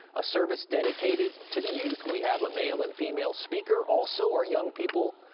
a service dedicated to the youth. we have a male and female speaker, also, our young people,